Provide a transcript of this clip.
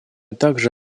также